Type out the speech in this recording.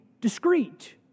discreet